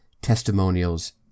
testimonials